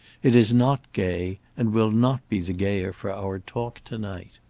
it is not gay, and will not be the gayer for our talk to-night.